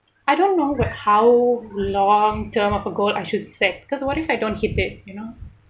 I don't know about how long term of a goal I should set because what if I don't hit it you know